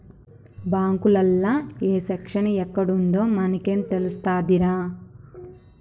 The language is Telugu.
బాంకులల్ల ఏ సెక్షను ఎక్కడుందో మనకేం తెలుస్తదిరా